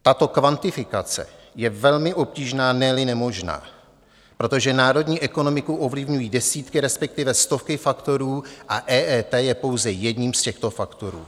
Tato kvantifikace je velmi obtížná, neli nemožná, protože národní ekonomiku ovlivňují desítky, respektive stovky faktorů a EET je pouze jedním z těchto faktorů.